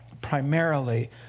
primarily